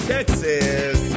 Texas